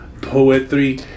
poetry